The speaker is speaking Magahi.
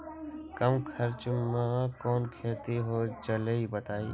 कम खर्च म कौन खेती हो जलई बताई?